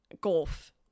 golf